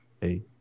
Hey